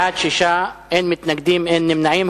בעד, 6, אין מתנגדים, אין נמנעים.